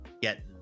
get